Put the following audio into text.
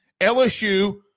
LSU